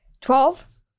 Twelve